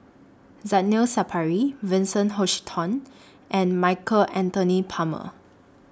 Zainal Sapari Vincent Hoisington and Michael Anthony Palmer